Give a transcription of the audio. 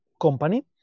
company